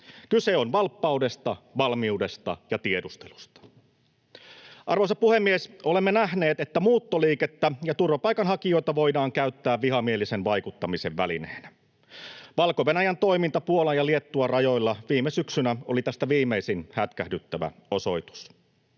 Kyse on valppaudesta, valmiudesta ja tiedustelusta. Arvoisa puhemies! Olemme nähneet, että muuttoliikettä ja turvapaikanhakijoita voidaan käyttää vihamielisen vaikuttamisen välineenä. Valko-Venäjän toiminta Puolan ja Liettuan rajoilla viime syksynä oli tästä viimeisin hätkähdyttävä osoitus.